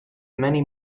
many